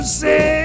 say